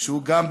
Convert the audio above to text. והוא גם,